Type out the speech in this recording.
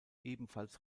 ebenfalls